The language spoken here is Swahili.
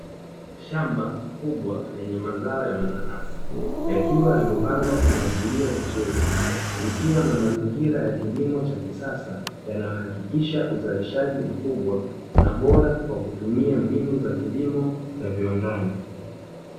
Shamba kubwa lenye mazao ya mananasi yakiwa yamepandwa kwa mpangilio mzuri, ikiwa na mazingira ya kilimo cha kisasa yanahakikisha uzalishaji mkubwa na bora kwa kutumia mbinu za kilimo za viwandani.